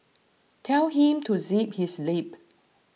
tell him to zip his lip